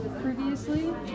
previously